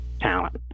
talent